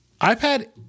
iPad